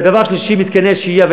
דבר שלישי, מתקני שהייה.